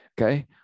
okay